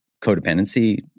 codependency